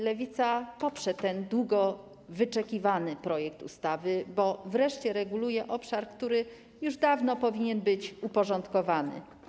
Lewica poprze ten długo wyczekiwany projekt ustawy, bo wreszcie reguluje on obszar, który już dawno powinien być uporządkowany.